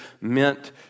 meant